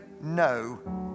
no